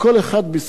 ויש לי מכתבים: